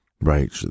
Right